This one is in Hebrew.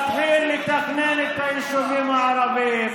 להתחיל לתכנן את היישובים הערביים,